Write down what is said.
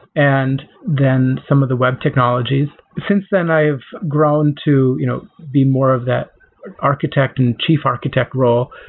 and then some of the web technologies. since then i've grown to you know be more of that architect and chief architect role,